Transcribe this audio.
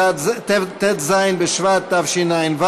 ט"ז בשבט תשע"ו,